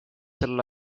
sel